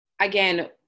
again